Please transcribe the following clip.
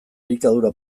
elikadura